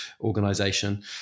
organization